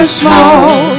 small